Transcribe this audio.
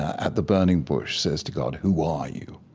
at the burning bush, says to god, who are you?